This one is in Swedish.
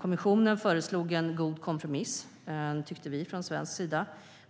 Kommissionen föreslog en, tyckte vi, god kompromiss